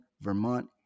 Vermont